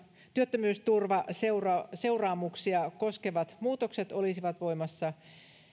työttömyysturvaseuraamuksia koskevat muutokset olisivat voimassa